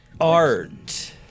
Art